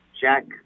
jack